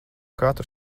katru